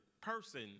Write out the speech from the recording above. person